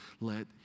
let